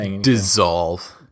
dissolve